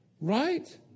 Right